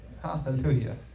Hallelujah